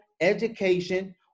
education